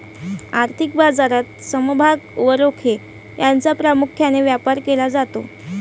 आर्थिक बाजारात समभाग व रोखे यांचा प्रामुख्याने व्यापार केला जातो